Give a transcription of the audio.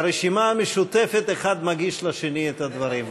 ברשימה המשותפת אחד מגיש לשני את הדברים,